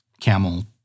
camel